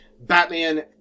Batman